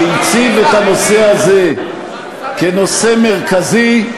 שהציב את הנושא הזה כנושא מרכזי,